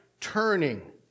turning